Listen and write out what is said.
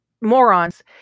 morons